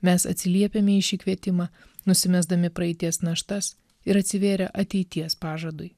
mes atsiliepiame į šį kvietimą nusimesdami praeities naštas ir atsivėrę ateities pažadui